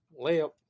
Layup